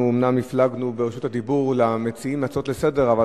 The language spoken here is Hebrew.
אנחנו אומנם הפלגנו ברשות הדיבור למציעים הצעות לסדר-היום,